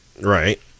Right